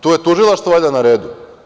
Tu je tužilaštvo valjda na redu.